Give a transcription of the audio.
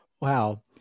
Wow